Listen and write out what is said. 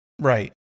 right